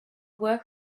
work